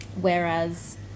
Whereas